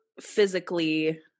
physically